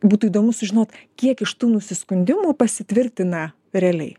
būtų įdomu sužinot kiek iš tų nusiskundimų pasitvirtina realiai